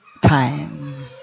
time